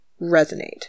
resonate